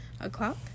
o'clock